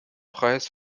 preis